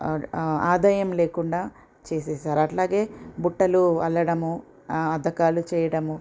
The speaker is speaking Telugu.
ఆదాయం లేకుండా చేసేసారు అట్లాగే బుట్టలు అల్లడము అద్దకాలు చేయటము